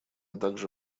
также